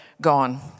gone